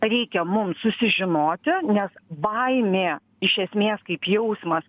reikia mum susižinoti nes baimė iš esmės kaip jausmas